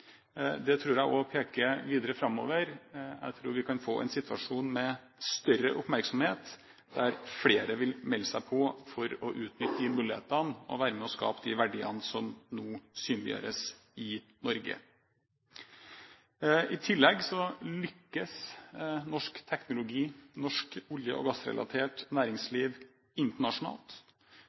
Det tror jeg også peker videre framover. Jeg tror vi kan få en situasjon med større oppmerksomhet, der flere vil melde seg på for å utnytte de mulighetene og være med på å skape de verdiene som nå synliggjøres i Norge. I tillegg lykkes norsk teknologi, norsk olje- og gassrelatert næringsliv internasjonalt.